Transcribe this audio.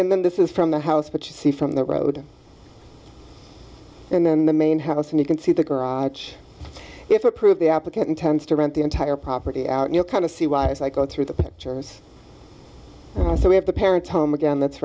and then this is from the house but you see from the road and then the main house and you can see the garage if approved the application tends to rent the entire property out you know kind of see why as i go through the pictures so we have the parent's home again that's